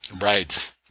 Right